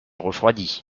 refroidit